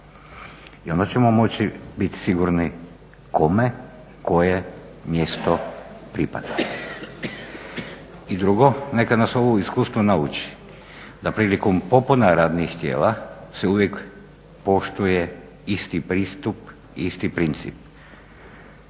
i onda ćemo moći biti sigurni kome koje mjesto pripada. I drugo, neka nas ovo iskustvo nauči da prilikom popuna radnih tijela se uvijek poštuje isti pristup i isti princip.